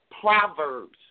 Proverbs